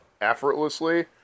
effortlessly